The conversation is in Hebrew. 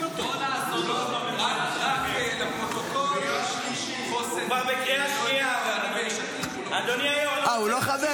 רק לפרוטוקול --- אה, הוא לא חבר?